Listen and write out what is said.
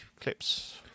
Clips